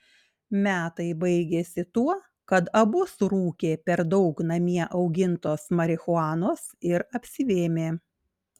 metai baigėsi tuo kad abu surūkė per daug namie augintos marihuanos ir apsivėmė